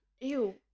Ew